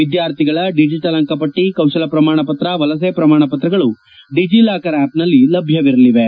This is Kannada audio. ವಿದ್ವಾರ್ಥಿಗಳ ಡಿಜೆಟಲ್ ಅಂಕಪಟ್ಟಿ ಕೌಶಲ ಪ್ರಮಾಣಪತ್ರ ವಲಸೆ ಪ್ರಮಾಣ ಪತ್ರಗಳು ಡಿಜೆಲಾಕರ್ ಆ್ಯಪ್ನಲ್ಲಿ ಲಭ್ಯವಿರಲಿವೆ